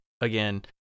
again